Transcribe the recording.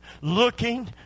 looking